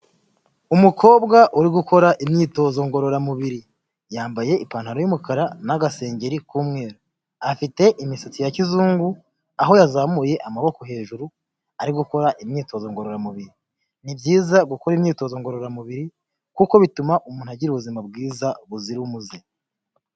Umukobwa uri gukora imyitozo ngororamubiri yambaye ipantaro y'umukara n'agasengeri k'umweru, afite imisatsi ya kizungu aho yazamuye amaboko hejuru ari gukora imyitozo ngororamubiri, ni byiza gukora imyitozo ngororamubiri kuko bituma umuntu agira ubuzima bwiza buzira umuze.